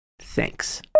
Thanks